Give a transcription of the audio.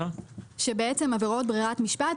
שבעצם עבירות ברירת משפט,